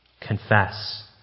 confess